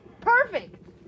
Perfect